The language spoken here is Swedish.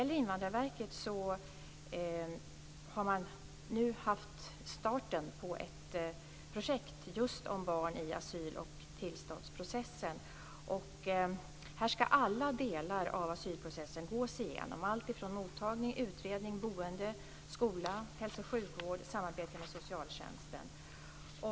På Invandrarverket har man startat ett projekt just om barn i asyl och tillståndsprocessen. Alla delar av asylprocessen ska gås igenom, alltifrån mottagning till utredning, boende, skola, hälso och sjukvård samt samarbete med socialtjänsten.